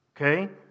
Okay